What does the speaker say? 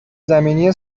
زمینی